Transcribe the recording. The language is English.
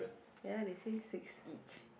ya they say six each